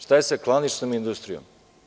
Šta je sa klaničnom industrijom?